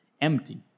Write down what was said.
empty